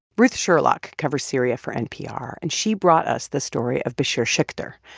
ruth sherlock covers syria for npr, and she brought us the story of bashir shikder,